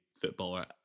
footballer